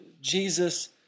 Jesus